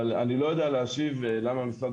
אבל אני לא יודע להשיב על השאלה למה משרד